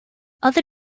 other